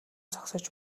зогсож